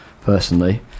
personally